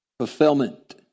Fulfillment